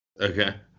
Okay